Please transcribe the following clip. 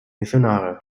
missionare